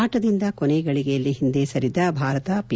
ಆಟದಿಂದ ಕೊನೆ ಗಳಿಗೆಯಲ್ಲಿ ಹಿಂದೆ ಸರಿದ ಭಾರತ ಪಿ